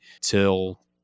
till